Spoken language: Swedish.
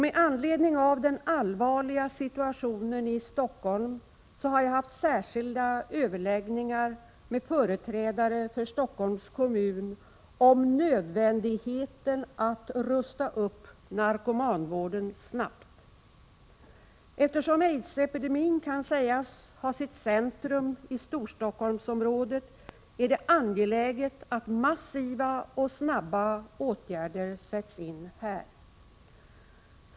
Med anledning av den allvarliga situationen i Stockholm har jag haft särskilda överläggningar med företrädare för Stockholms kommun om nödvändigheten att rusta upp narkomanvården snabbt. Eftersom aidsepidemin kan sägas ha sitt centrum i Storstockholmsområdet är det angeläget att massiva och snabba åtgärder sätts in här.